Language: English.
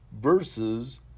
versus